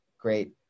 great